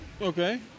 Okay